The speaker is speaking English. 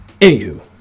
Anywho